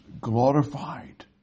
glorified